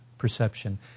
perception